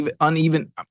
uneven